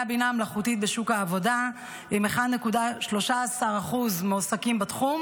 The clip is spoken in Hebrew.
הבינה המלאכותית בשוק העבודה עם 1.13% מועסקים בתחום,